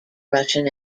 russian